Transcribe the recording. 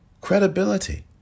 Credibility